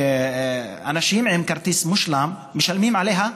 שאנשים עם כרטיס "מושלם" משלמים עליה,